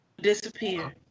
disappear